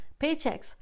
paychecks